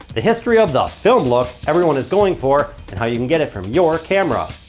the history of the film look everyone is going for, and how you can get it from your camera.